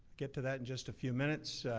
get to that in just a few minutes.